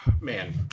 Man